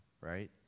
right